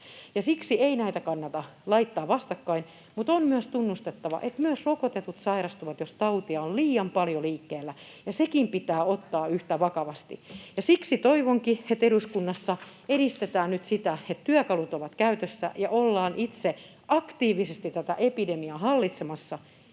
siksi ei näitä kannata laittaa vastakkain. Mutta on myös tunnustettava, että myös rokotetut sairastuvat, jos tautia on liian paljon liikkeellä, ja sekin pitää ottaa yhtä vakavasti. Siksi toivonkin, että eduskunnassa edistetään nyt sitä, että työkalut ovat käytössä, ja ollaan itse aktiivisesti tätä epidemiaa hallitsemassa,